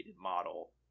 model